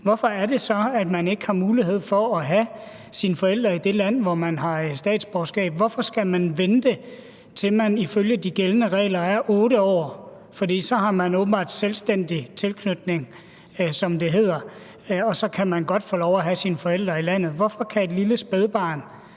hvorfor det så er, at man ikke har mulighed for at have sine forældre i det land, hvor man har statsborgerskab. Hvorfor skal man vente, til man, ifølge de gældende regler, er 8 år? For så har man åbenbart selvstændig tilknytning, som det hedder, og så kan man godt få lov at have sine forældre i landet. Hvorfor kan et lille spædbarn,